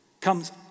comes